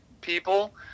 people